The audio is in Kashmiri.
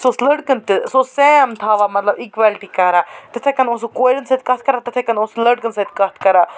سُہ اوس لٔڑکَن تہِ سُہ اوس سیم تھاوان مطلب اِکوٮ۪لٹی کران تِتھٕے کَنہِ اوس سُہ کورٮ۪ن سۭتۍ کَتھ کران تِتھٕے کٔنۍ اوس سُہ لَڑکَن سۭتۍ کَتھ کران